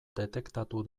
detektatu